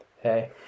Hey